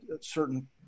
certain